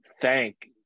thank